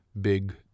big